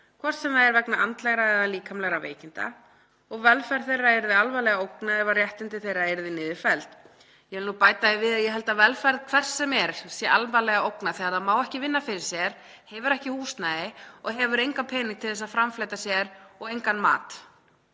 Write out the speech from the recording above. hvort sem er vegna andlegra eða líkamlegra veikinda, og velferð þeirra yrði alvarlega ógnað ef réttindi þeirra yrðu niður felld.“ Ég vil bæta því við að ég held að velferð hvers sem er sé alvarlega ógnað þegar einstaklingur má ekki vinna fyrir sér, hefur ekki húsnæði og hefur engan pening til þess að framfleyta sér og engan mat.